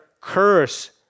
curse